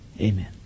Amen